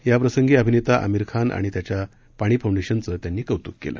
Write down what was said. या प्रसंगी अभिनेता आमिर खान आणि त्यांच्या पाणी फौंडेशनचं त्यांनी कौतूक केलं